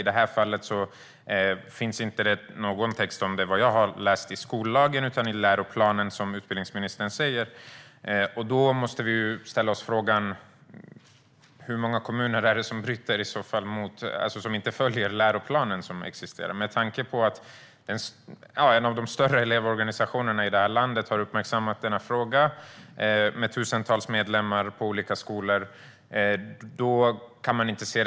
I det här fallet finns det inte någon text om det vad jag har läst i skollagen utan det är i läroplanen, som utbildningsministern säger. Då måste vi ställa oss frågan hur många kommuner det i så fall är som inte följer läroplanen, med tanke på att en av de större elevorganisationerna i landet, med tusentals medlemmar på olika skolor, har uppmärksammat denna fråga.